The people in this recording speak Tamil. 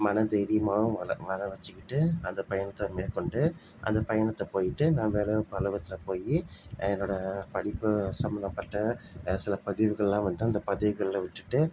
மன தைரியமாகவும் வரவச்சுக்கிட்டு அந்த பயணத்தை மேற்கொண்டு அந்த பயணத்தை போய்ட்டு நான் வேலைவாய்ப்பு அலுவலகத்தில் போய் என்னோட படிப்பு சம்மந்தப்பட்ட சில பதிவுகள்லாம் வந்து அந்த பதிவுகளில் விட்டுட்டு